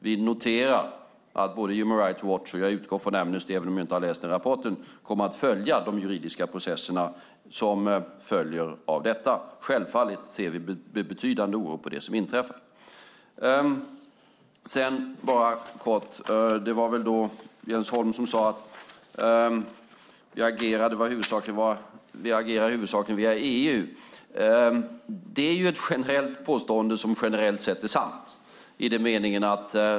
Vi noterar att både Human Rights Watch och - det utgår jag från, även om jag inte har läst deras rapport - Amnesty kommer att följa de juridiska processerna. Självfallet ser vi med betydande oro på det som inträffat. Det var väl Jens Holm som sade att vi huvudsakligen reagerar via EU. Det är ju ett påstående som generellt sett är sant.